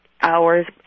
hours